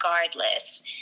regardless